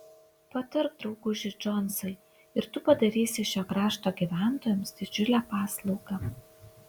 patark drauguži džonsai ir tu padarysi šio krašto gyventojams didžiulę paslaugą